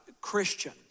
Christian